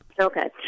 Okay